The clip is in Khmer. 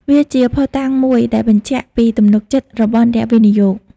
វាជាភស្តុតាងមួយដែលបញ្ជាក់ពីទំនុកចិត្តរបស់អ្នកវិនិយោគ។